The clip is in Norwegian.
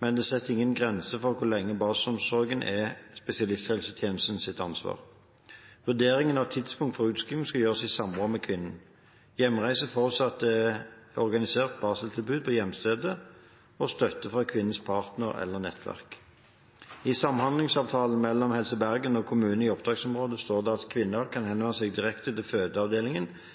men setter ingen grenser for hvor lenge barselomsorgen er spesialisthelsetjenestens ansvar. Vurderingen av tidspunkt for utskriving skal gjøres i samråd med kvinnen. Hjemreise forutsetter organisert barseltilbud på hjemstedet og støtte fra kvinnens partner eller nettverk. I samhandlingsavtalen mellom Helse Bergen og kommunen i oppdragsområdet står det at kvinner kan henvende seg direkte til fødeavdelingen